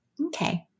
Okay